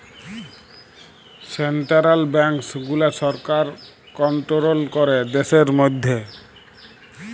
central banks গুলা সরকার control ক্যরে দ্যাশের ম্যধে